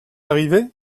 arrivé